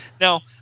now